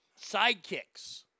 Sidekicks